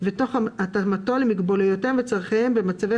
ותוך התאמתו למוגבלויותיהם וצרכיהם במצבי